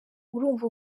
urumva